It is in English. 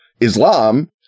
Islam